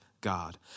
God